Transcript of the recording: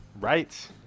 Right